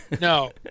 No